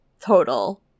total